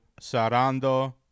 sarando